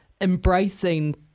embracing